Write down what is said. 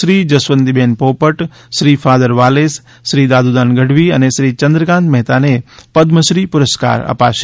Shri Jaswantiben Popat Shri father Wallace Shri Dadudan Gadhvi અને શ્રી ચંદ્રકાન્ત મહેતાને પદમશ્રી પુરસ્કાર અપાશે